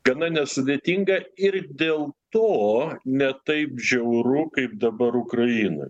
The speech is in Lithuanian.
gana nesudėtinga ir dėl to ne taip žiauru kaip dabar ukrainoj